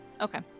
Okay